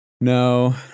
No